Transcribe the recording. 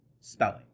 Spelling